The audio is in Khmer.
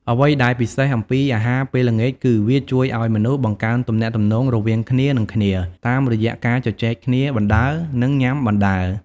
អ្វីដែលពិសេសអំពីអាហារពេលល្ងាចគឺ វាជួយឲ្យមនុស្សបង្កើនទំនាក់ទំនងរវាងគ្នានឹងគ្នាតាមរយៈការជជែកគ្នាបណ្ដើរ និងញុំាបណ្ដើរ។